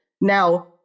Now